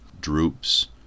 Droops